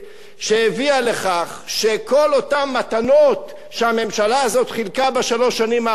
שהביאה לכך שכל אותן מתנות שהממשלה הזאת חילקה בשלוש שנים האחרונות,